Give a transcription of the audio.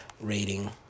rating